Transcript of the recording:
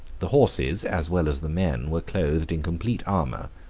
the horses, as well as the men, were clothed in complete armor,